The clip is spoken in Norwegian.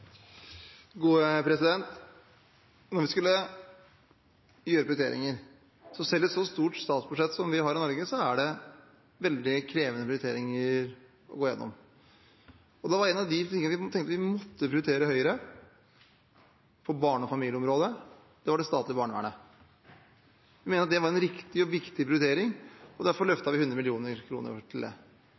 så stort statsbudsjett som det vi har i Norge, er det veldig krevende prioriteringer å gå gjennom. Da vi skulle gjøre prioriteringer, var en av de tingene vi tenkte vi måtte prioritere høyere på barne- og familieområdet, det statlige barnevernet. Jeg mener at det var en riktig og viktig prioritering, derfor løftet vi 100 mill. kr til det.